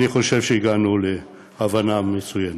אני חושב שהגענו להבנה מסוימת.